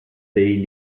day